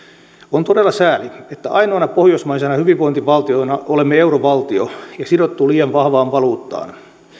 on todella sääli että ainoana pohjoismaisena hyvinvointivaltiona olemme eurovaltio ja sidottu liian vahvaan valuuttaan